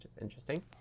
Interesting